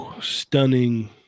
stunning